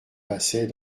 passait